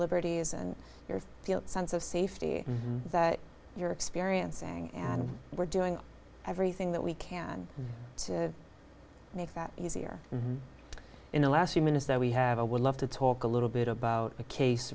liberties and your sense of safety that you're experiencing and we're doing everything that we can to make that easier in the last few minutes that we have i would love to talk a little bit about a case